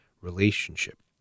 relationship